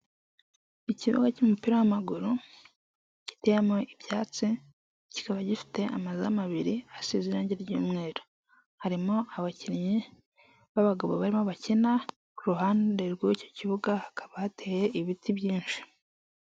Ikibuga cy'umupira w'amaguru giteyemo ibyatsi kikaba gifite amazamu abiri asize irange ry'umweru, harimo abakinnyi b'abagabo barimo bakina ku ruhande rw'icyo kibuga hakaba hateye ibiti byinshi.